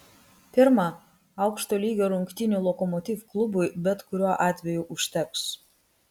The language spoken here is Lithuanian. pirma aukšto lygio rungtynių lokomotiv klubui bet kuriuo atveju užteks